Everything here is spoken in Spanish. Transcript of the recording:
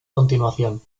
continuación